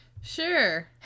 sure